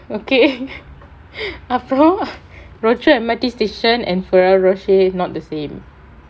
okay after all rooter M_R_T station and Ferrero Rocher not the same